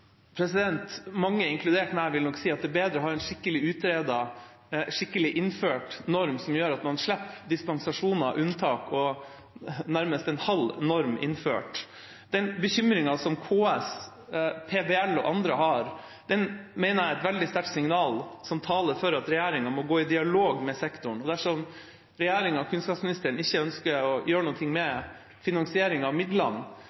Mange, inkludert meg, vil nok si at det er bedre å ha en skikkelig utredet og skikkelig innført norm som gjør at man slipper dispensasjoner, unntak og nærmest en halv norm innført. Den bekymringen som KS, PBL og andre har, mener jeg er et veldig sterkt signal som taler for at regjeringa må gå i dialog med sektoren. Dersom regjeringa og kunnskapsministeren ikke ønsker å gjøre noe med finansieringen av midlene,